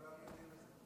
כולם יודעים את זה.